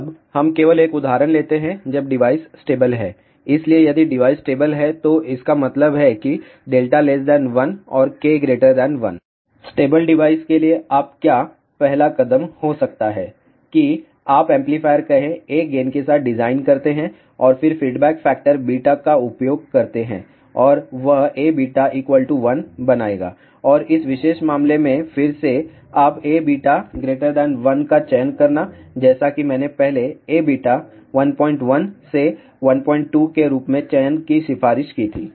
अब हम केवल एक उदाहरण लेते हैं जब डिवाइस स्टेबल है इसलिए यदि डिवाइस स्टेबल है तो इसका मतलब है कि 1और k 1 स्टेबल डिवाइस के लिए आप क्या पहला कदम हो सकता है कि आप एम्पलीफायर कहे A गेन के साथ डिजाइन करते हैं और फिर फीडबैक फैक्टर β का उपयोग करते है और वह Aβ 1 बनाएगा और इस विशेष मामले में फिर से आप Aβ 1 का चयन करना जैसा कि मैंने पहले Aβ 11 से 12 के रूप में चयन की सिफारिश की थी